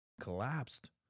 collapsed